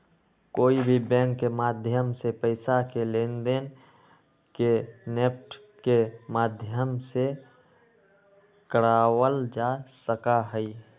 कोई भी बैंक के माध्यम से पैसा के लेनदेन के नेफ्ट के माध्यम से करावल जा सका हई